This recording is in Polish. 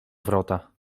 wrota